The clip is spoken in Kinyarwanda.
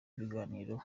ibiganiro